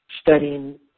studying